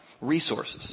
resources